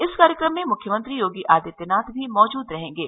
इस कार्यक्रम में मुख्यमंत्री योगी आदित्यनाथ भी मौजूद रहेंगे